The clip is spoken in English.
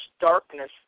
darkness